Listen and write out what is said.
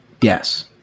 yes